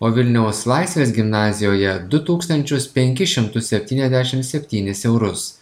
o vilniaus laisvės gimnazijoje du tūkstančius penkis šimtus septyniasdešim septynis eurus